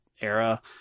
era